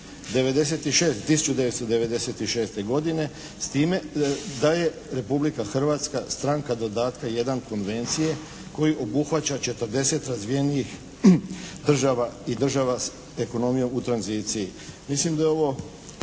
1996. godine s time da je Republika Hrvatska stranka dodatka 1. Konvencije koja obuhvaća 40 razvijenijih država i država s ekonomijom u tranziciji. Mislim da je ovo